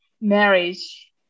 marriage